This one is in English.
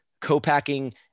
co-packing